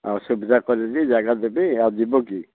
ଆଉ ସୁବିଧା କରିକି ଜାଗା ଦେବି ଆଉ ଯିବ କି